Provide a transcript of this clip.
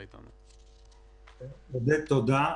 עודד, תודה.